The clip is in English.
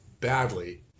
badly